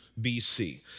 BC